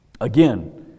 Again